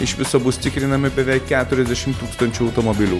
iš viso bus tikrinami beveik keturiasdešim tūkstančių automobilių